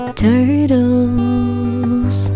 turtles